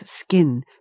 skin